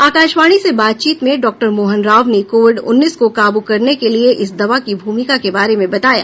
आकाशवाणी से बातचीत में डाक्टर मोहन राव ने कोविड उन्नीस को काबू करने के लिए इस दवा की भूमिका के बारे में बताया